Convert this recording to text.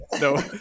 No